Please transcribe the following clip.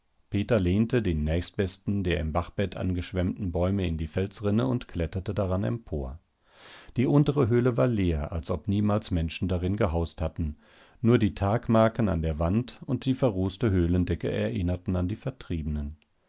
peter lehnte den nächstbesten der im bachbett angeschwemmten bäume in die felsrinne und kletterte daran empor die untere höhle war leer als ob niemals menschen darin gehaust hätten nur die tagmarken an der wand und die verrußte höhlendecke erinnerten an die vertriebenen